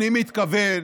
אני מתכוון